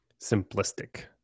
simplistic